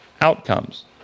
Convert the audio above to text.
outcomes